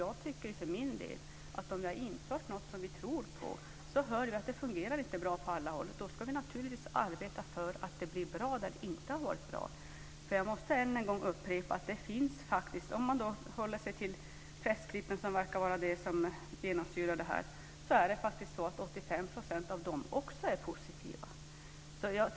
Jag tycker för min del att om vi har infört något som vi tror på och sedan hör att det inte fungerar bra på alla håll ska vi naturligtvis arbeta för att det blir bra där också. Jag måste än en gång upprepa att om vi ska hålla oss till pressklippen, som verkar var det som gäller här, är faktiskt 85 % av dem positiva.